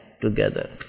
together